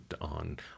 on